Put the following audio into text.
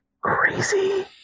crazy